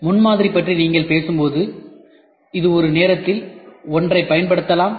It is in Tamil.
முன்மாதிரி பற்றி நீங்கள் பேசும்போது இது ஒரு நேரத்தில் ஒன்றைப் பயன்படுத்தலாம்